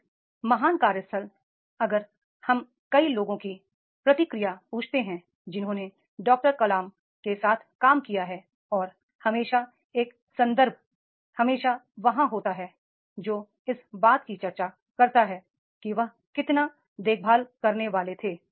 एक महान कार्यस्थल अगर हम कई लोगों की प्रतिक्रिया पूछते हैं जिन्होंने डॉ कलाम के साथ काम किया है और हमेशा एक संदर्भ हमेशा वहां होता है जो इस बात की चर्चा करता है कि वह कितना देखभाल करने वाले थे